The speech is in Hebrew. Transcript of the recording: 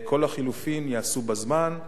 כל החילופין ייעשו בזמן,